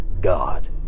God